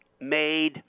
made